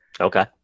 Okay